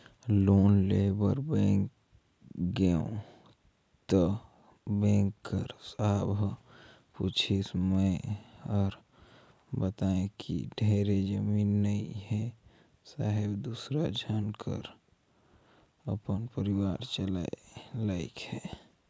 loan लेय बर bank गेंव त बेंक कर साहब ह पूछिस मै हर बतायें कि ढेरे जमीन नइ हे साहेब दूसर झन कस अपन परिवार चलाय लाइक हे